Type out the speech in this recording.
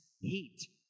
heat